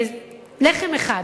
לחם אחד,